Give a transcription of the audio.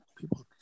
people